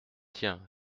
tiens